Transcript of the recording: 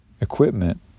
equipment